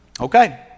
Okay